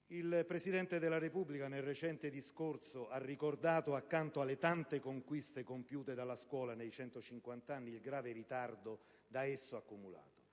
Il Presidente della Repubblica, in un recente discorso, ha ricordato, accanto alle tante conquiste compiute dalla scuola in 150 anni, il grave ritardo da essa accumulato